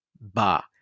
ba